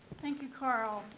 thank you, carl.